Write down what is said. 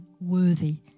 worthy